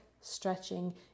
stretching